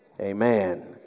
Amen